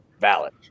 Valid